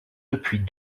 depuis